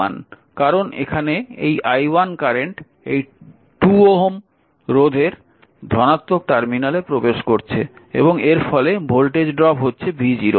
কারণ এখানে এই i1 কারেন্ট এই 2 Ω রোধের ধনাত্মক টার্মিনালে প্রবেশ করছে এবং এর ফলে ভোল্টেজ ড্রপ হচ্ছে v0